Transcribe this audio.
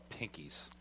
Pinkies